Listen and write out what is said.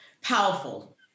powerful